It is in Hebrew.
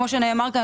כמו שנאמר כאן,